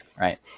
right